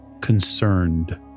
concerned